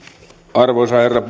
arvoisa herra